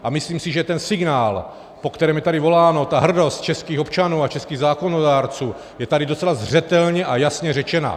A myslím si, že tento signál, po kterém je tady voláno, hrdost českých občanů a českých zákonodárců, je tady docela zřetelně a jasně řečen.